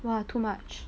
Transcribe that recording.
!wah! too much